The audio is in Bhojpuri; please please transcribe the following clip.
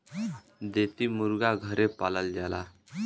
देसी मुरगा घरे पालल जाला